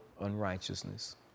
unrighteousness